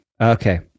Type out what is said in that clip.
Okay